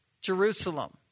Jerusalem